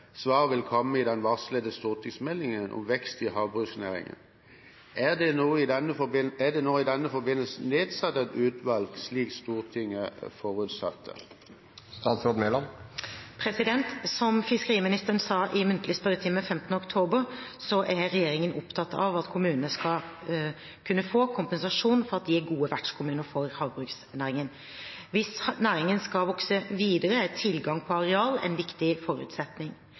vil komme i den varslede stortingsmeldingen om vekst i havbruksnæringen. Er det i denne forbindelse nedsatt et utvalg slik Stortinget forutsatte?» Som fiskeriministeren sa i muntlig spørretime 15. oktober 2014, er regjeringen opptatt av at kommunene skal kunne få kompensasjon for at de er gode vertskommuner for havbruksnæringen. Hvis næringen skal vokse videre, er tilgang på areal en viktig forutsetning.